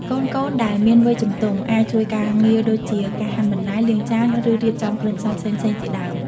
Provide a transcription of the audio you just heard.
កូនៗដែលមានវ័យជំទង់ អាចជួយការងារដូចជា ការហាន់បន្លែ លាងចាន ឬរៀបចំគ្រឿងផ្សំផ្សេងៗជាដើម ។